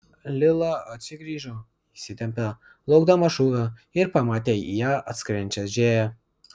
lila atsigrįžo įsitempė laukdama šūvio ir pamatė į ją atskriejančią džėją